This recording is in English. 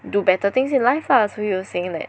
do better things in life lah so he was saying that